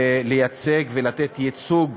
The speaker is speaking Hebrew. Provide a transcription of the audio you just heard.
לייצג ולתת ייצוג